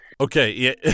Okay